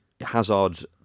Hazard